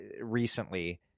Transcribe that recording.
recently